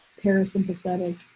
parasympathetic